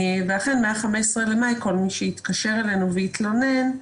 אכן מה-15 במאי כל מי שהתקשר אלינו והתלונן,